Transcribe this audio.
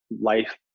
life